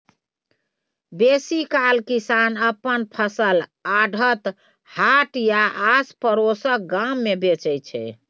बेसीकाल किसान अपन फसल आढ़त, हाट या आसपरोसक गाम मे बेचै छै